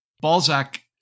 Balzac